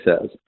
says